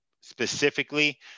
specifically